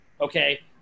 Okay